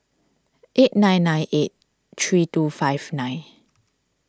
eight nine nine eight three two five nine